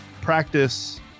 practice